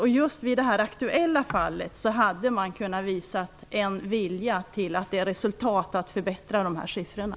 I just det aktuella fallet kunde man ha visat en vilja att förbättra siffrorna.